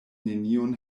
neniun